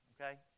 okay